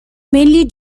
mainly